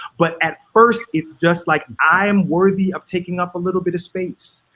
but at first it's just like, i'm worthy of taking up a little bit of space.